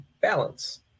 balance